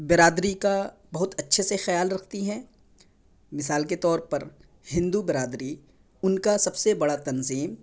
برادری کا بہت اچھے سے خیال رکھتی ہیں مثال کے طور پر ہندو برادری ان کا سب سے بڑا تنظیم